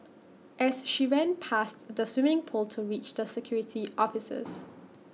as she ran past the swimming pool to reach the security officers